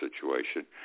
situation